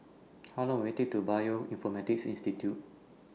How Long Will IT Take to Bioinformatics Institute